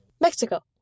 Mexico